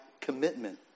commitment